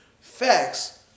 Facts